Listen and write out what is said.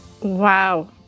Wow